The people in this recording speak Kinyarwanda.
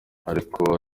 ariko